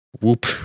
Whoop